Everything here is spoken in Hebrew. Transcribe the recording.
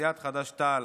סיעת חד"ש-תע"ל,